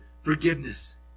forgiveness